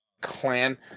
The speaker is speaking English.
clan